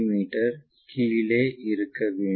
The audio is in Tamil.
மீ கீழே இருக்க வேண்டும்